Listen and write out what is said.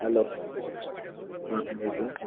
hello سلام علیکُم